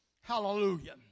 Hallelujah